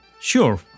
Sure